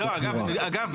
אגב,